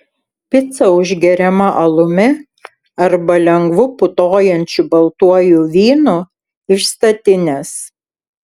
pica užgeriama alumi arba lengvu putojančiu baltuoju vynu iš statinės